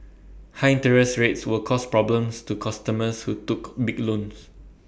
high interest rates will cause problems to customers who took big loans